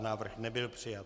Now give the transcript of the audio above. Návrh nebyl přijat.